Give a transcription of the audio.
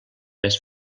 més